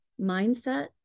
mindset